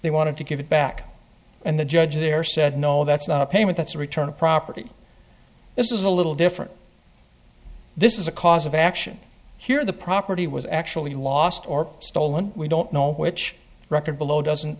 they wanted to give it back and the judge there said no that's not a payment that's a return of property this is a little different this is a cause of action here the property was actually lost or stolen we don't know which record below doesn't